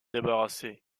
débarrasser